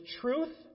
truth